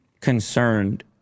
concerned